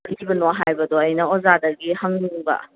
ꯄꯤꯕꯤꯕꯅꯣ ꯍꯥꯏꯕꯗꯣ ꯑꯩꯅ ꯑꯣꯖꯥꯗꯒꯤ ꯍꯪꯅꯤꯡꯕ